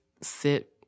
sit